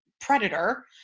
predator